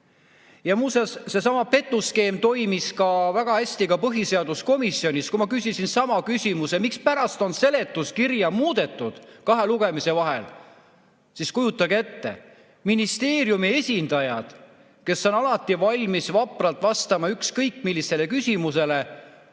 Ja muuseas, seesama petuskeem toimis väga hästi ka põhiseaduskomisjonis, kui ma küsisin sama küsimuse, mispärast on seletuskirja muudetud kahe lugemise vahel. Siis, kujutage ette, ministeeriumi esindajad, kes on alati valmis vapralt vastama ükskõik millisele küsimusele,